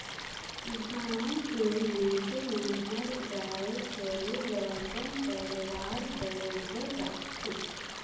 गाँव के मइनसे मन हर गाय गोरु ल अपन परवार बरोबर राखथे